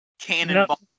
cannonball